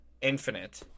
Infinite